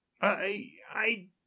i-i